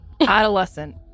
Adolescent